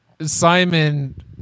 Simon